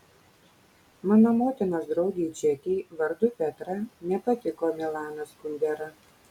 mano motinos draugei čekei vardu petra nepatiko milanas kundera